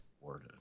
word